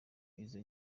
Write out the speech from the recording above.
izo